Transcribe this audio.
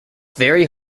very